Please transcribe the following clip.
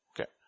Okay